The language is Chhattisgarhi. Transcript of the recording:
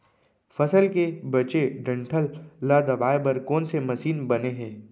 फसल के बचे डंठल ल दबाये बर कोन से मशीन बने हे?